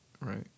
Right